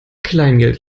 kleingeld